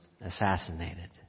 assassinated